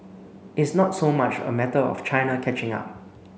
it's not so much a matter of China catching up